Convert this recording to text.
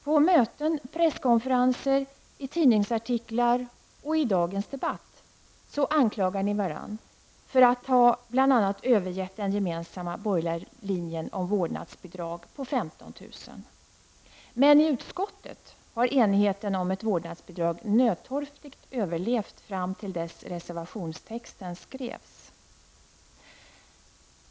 På möten, presskonferenser, i tidningsartiklar och i dagens debatt anklagar ni varandra för att bl.a. ha övergett den gemensamma borgerliga linjen om vårdnadsbidrag på 15 000 kr. Men i utskottet har enigheten om ett vårdnadsbidrag nödtorftigt överlevt fram till dess reservationstexten skrevs.